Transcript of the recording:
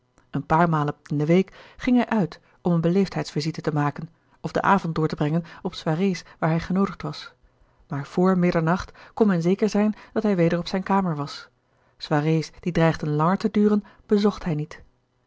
een paar malen in de week ging hij uit om eene beleefdheids-visite te maken of den avond door te brengen op soirées waar hij genoodigd was maar vr middernacht kon men zeker zijn dat hij weder op zijn kamer was soirées die dreigden langer te duren bezocht hij niet